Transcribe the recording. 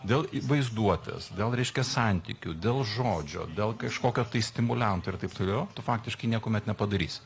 dėl vaizduotės dėl reiškia santykių dėl žodžio dėl kažkokio tai stimuliantų ir taip toliau tu faktiškai niekuomet nepadarysi